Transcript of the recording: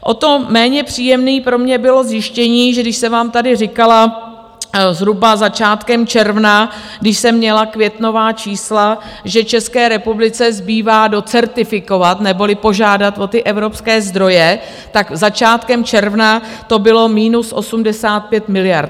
O to méně příjemné pro mě bylo zjištění, že když jsem vám tady říkala zhruba začátkem června, když jsem měla květnová čísla, že České republice zbývá docertifikovat neboli požádat o ty evropské zdroje, tak začátkem června to bylo minus 85 miliard.